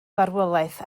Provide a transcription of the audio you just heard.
farwolaeth